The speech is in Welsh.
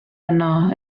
yno